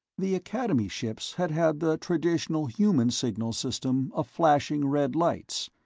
the academy ships had had the traditional human signal system of flashing red lights.